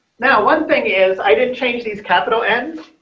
now, one thing is i didn't change these capital n.